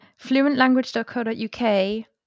fluentlanguage.co.uk